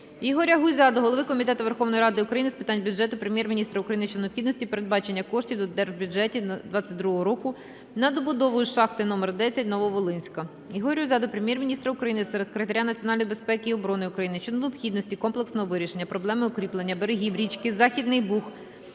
Ігоря Гузя до голови Комітету Верховної Ради України з питань бюджету, Прем'єр-міністра України щодо необхідності передбачення коштів у Держбюджеті 2022 року на добудову шахти № 10 "Нововолинська". Ігоря Гузя до Прем'єр-міністра України, Секретаря національної безпеки і оборони України щодо необхідності комплексного вирішення проблеми укріплення берегів річки Західний Буг